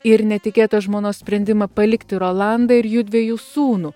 ir netikėtą žmonos sprendimą palikti rolandą ir jųdviejų sūnų